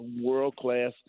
world-class